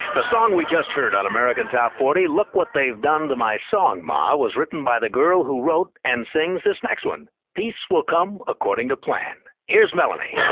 the song we just heard on american top forty look what they've done to my song ma was written by the girl who wrote and sings this next one peace will come according to plan. here's melanie